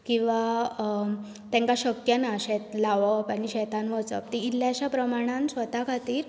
किंवा तांकां शक्य ना अशें लावप आनी शेतांत वचप तीं इल्ल्याश्या प्रमाणान स्वता खातीर